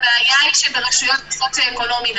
הבעיה היא ברשויות עם מצב סוציו-אקונומי,